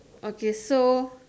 okay so